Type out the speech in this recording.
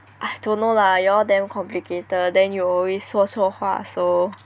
I don't know lah y'all damn complicated then you always 说错话 so